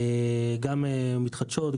גם מתחדשות,